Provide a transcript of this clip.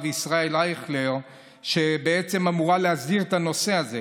ישראל אייכלר שבעצם אמורה להסדיר את הנושא הזה.